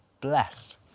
blessed